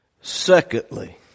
Secondly